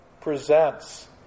presents